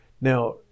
Now